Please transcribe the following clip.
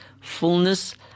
fullness